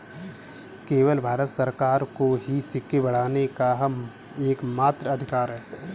केवल भारत सरकार को ही सिक्के ढालने का एकमात्र अधिकार है